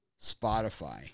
Spotify